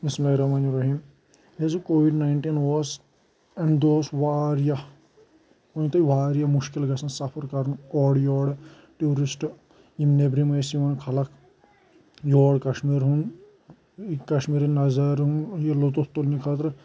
بِسْمِ ٱللَّٰهِ ٱلرَّحْمَٰنِ ٱلرَّحِيمِ ییٚلِہِ زن کووِڈ نایٔنٹیٖن اوس امہِ دۄہ اوس واریاہ مٲنتو واریاہ مُشکِل گَژھان سَفَر گَژھان مُشکِل کَرُن اورٕ یورٕ ٹوٗرِسٹ یِم نؠبرِم ٲسۍ یِوان خَلق یور کشمیٖر ہُنٛد کشمیٖری نَظارٕ یہِ لُطُف تُلنہٕ خٲطرٕ